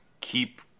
keep